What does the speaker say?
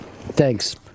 Thanks